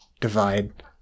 divide